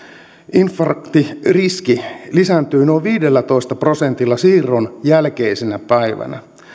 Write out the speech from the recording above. infarktiriski lisääntyy noin viidellätoista prosentilla siirron jälkeisenä päivänä